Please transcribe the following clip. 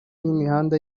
n’imihanda